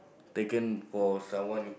taken for someone